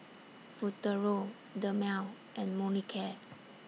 Futuro Dermale and Molicare